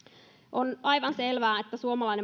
on aivan selvää että suomalainen